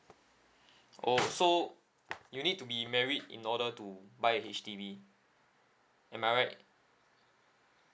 oh so you need to be married in order to buy a H_D_B am I right